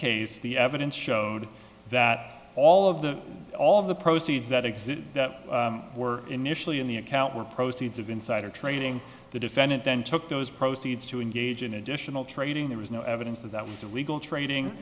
case the evidence showed that all of the all of the proceeds that exist that were initially in the account were proceeds of insider trading the defendant then took those proceeds to engage in additional trading there was no evidence that that was illegal trading